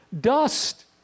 Dust